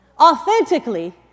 authentically